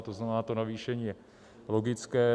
To znamená, to navýšení je logické.